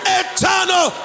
eternal